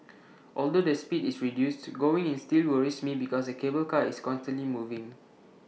although the speed is reduced going in still worries me because the cable car is constantly moving